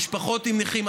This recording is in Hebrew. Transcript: משפחות עם נכים.